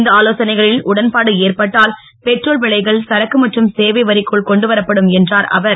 இந்த ஆலோசனைகளில் உடன்பாடு ஏற்பட்டால் பெட்ரோல் விலைகள் சரக்கு மற்றும் சேவைகள் வரிக்குள் கொண்டுவரப்படும் என்றுர் அவர்